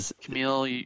Camille